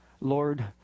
Lord